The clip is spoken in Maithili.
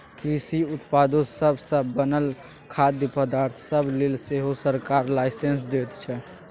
कृषि उत्पादो सब सँ बनल खाद्य पदार्थ सब लेल सेहो सरकार लाइसेंस दैत छै